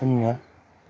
शून्य